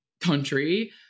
country